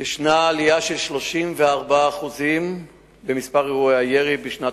ישנה עלייה של 34% במספר אירועי הירי בשנת